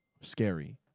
scary